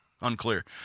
unclear